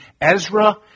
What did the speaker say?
Ezra